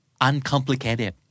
uncomplicated